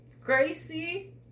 Gracie